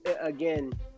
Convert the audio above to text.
again